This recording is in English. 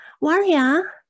warrior